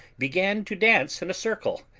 began to dance in a circle,